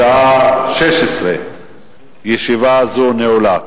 בשעה 16:00. ישיבה זו נעולה.